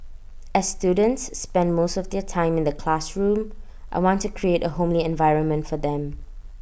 as students spend most of their time in the classroom I want to create A homely environment for them